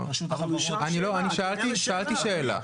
שאלתי שאלה.